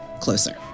Closer